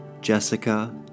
Jessica